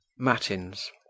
Matins